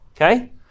Okay